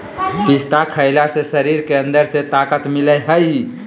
पिस्ता खईला से शरीर के अंदर से ताक़त मिलय हई